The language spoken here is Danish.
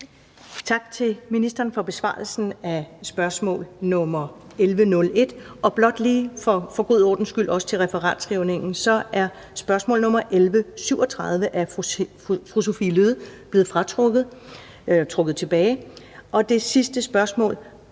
Tak til ministeren for besvarelsen af spørgsmål nr. S 1101. Jeg vil blot lige for en god ordens skyld og også til referatskrivningen sige, at spørgsmål nr. S 1137 af fru Sophie Løhde er blevet trukket tilbage. Det sidste spørgsmål